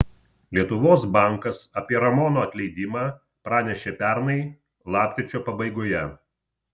lietuvos bankas apie ramono atleidimą pranešė pernai lapkričio pabaigoje